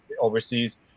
overseas